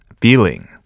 feeling